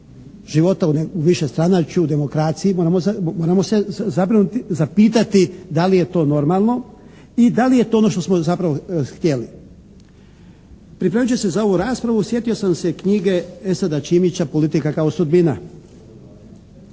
života u višestranačju, demokraciji moramo se zabrinuti, zapitati da li je to normalno i da li je to ono što smo zapravo htjeli. Pripremajući se za ovu raspravu sjetio sam se knjige Esada Čimića, "Politika kao sudbina".